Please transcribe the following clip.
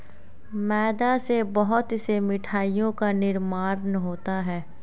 मैदा से बहुत से मिठाइयों का निर्माण होता है